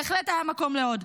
בהחלט היה מקום לעוד.